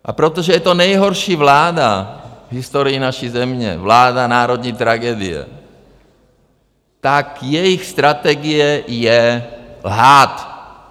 A protože je to nejhorší vláda v historii naší země, vláda národní tragedie, tak jejich strategie je lhát.